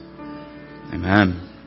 Amen